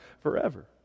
forever